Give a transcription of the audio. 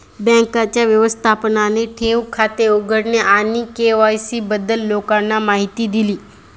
बँकेच्या व्यवस्थापकाने ठेव खाते उघडणे आणि के.वाय.सी बद्दल लोकांना माहिती दिली